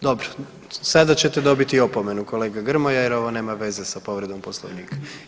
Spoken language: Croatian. Dobro, sada ćete dobiti opomenu kolega Grmoja jer ovo nema veze sa povredom Poslovnika.